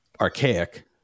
archaic